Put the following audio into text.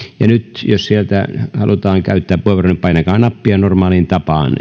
ja nyt jos sieltä halutaan käyttää puheenvuoro niin painakaa nappia normaaliin tapaan